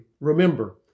remember